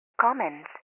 comments